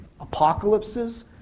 apocalypses